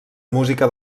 música